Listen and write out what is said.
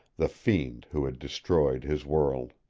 the fiend who had destroyed his world.